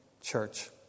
church